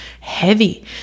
heavy